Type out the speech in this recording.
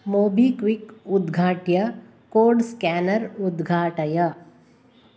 MobiKwik उद्घाट्य code scanner उद्घाटय